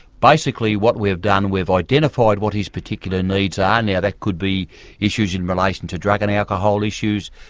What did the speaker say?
basically what we've done, we've identified what his particular needs are. now that could be issues in relation to drug and alcohol issues,